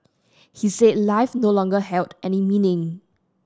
he said life no longer held any meaning